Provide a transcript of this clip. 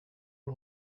att